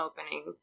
opening